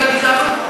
גזענות?